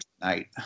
tonight